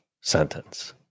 sentence